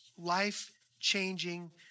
Life-changing